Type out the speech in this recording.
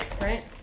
Right